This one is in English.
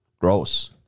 Gross